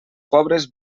pobres